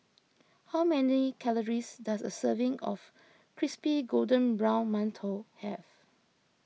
how many calories does a serving of Crispy Golden Brown Mantou have